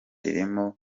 ririmo